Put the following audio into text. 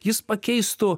jis pakeistų